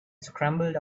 scrambled